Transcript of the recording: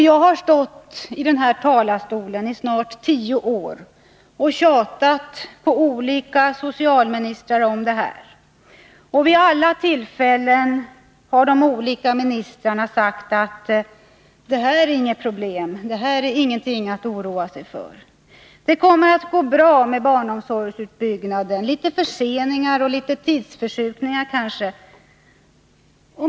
Jag har i snart tio år stått i denna talarstol och tjatat på olika socialministrar om detta. Vid alla tillfällen har de olika ministrarna sagt att detta inte är något problem — ingenting att oroa sig för. Det kommer att gå bra med barnomsorgsutbyggnaden — litet förseningar och litet tidsförskjutningar kanske.